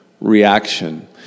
reaction